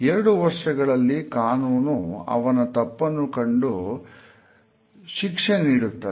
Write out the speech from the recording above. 2 ವರ್ಷಗಳಲ್ಲಿ ಕಾನೂನು ಅವನು ತಪ್ಪನ್ನು ಕಂಡು ಶಿಕ್ಷೆ ನೀಡುತ್ತದೆ